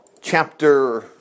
chapter